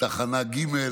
תחנה ג'.